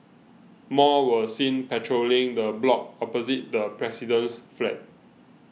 more were seen patrolling the block opposite the president's flat